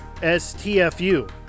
stfu